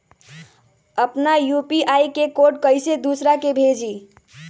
अपना यू.पी.आई के कोड कईसे दूसरा के भेजी?